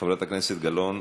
חברת הכנסת גלאון,